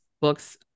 books